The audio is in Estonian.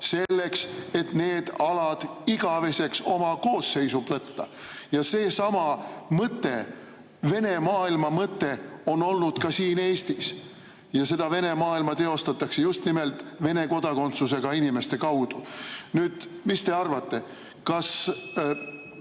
Selleks, et need alad igaveseks oma koosseisu võtta. Seesama mõte, Vene maailma mõte on olnud ka siin Eestis. Ja seda Vene maailma teostatakse just nimelt Vene kodakondsusega inimeste kaudu. Mis te arvate, kas